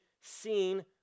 seen